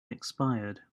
expired